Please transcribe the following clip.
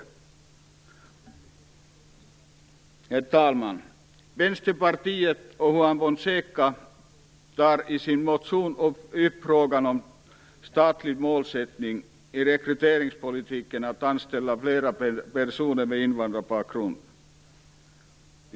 Herr talman! Vänsterpartiet och Juan Fonseca tar i sina motioner upp frågan om den statlig målsättningen i rekryteringspolitiken att anställa flera personer med invandrarbakgrund.